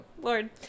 lord